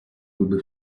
we’ll